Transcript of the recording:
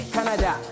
Canada